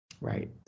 Right